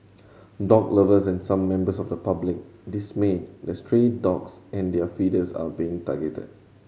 dog lovers and some members of the public dismayed that stray dogs and their feeders are being targeted